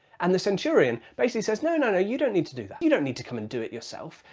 and the centurion basically says, no, no, no. you don't need to do that. you don't need to come and do it yourself.